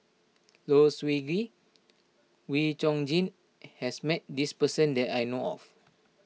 Low Siew Nghee Wee Chong Jin has met this person that I know of